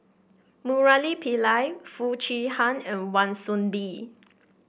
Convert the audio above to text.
Murali Pillai Foo Chee Han and Wan Soon Bee